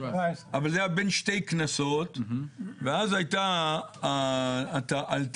אבל זה היה בין שתי כנסות ואז עלתה הטענה,